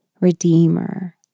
Redeemer